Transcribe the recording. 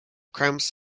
cramps